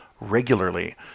regularly